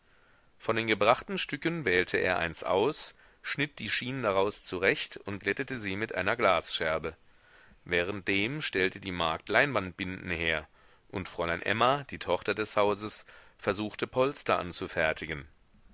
von den gebrachten stücken wählte er eins aus schnitt die schienen daraus zurecht und glättete sie mit einer glasscherbe währenddem stellte die magd leinwandbinden her und fräulein emma die tochter des hauses versuchte polster anzufertigen